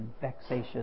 vexation